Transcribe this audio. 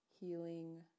healing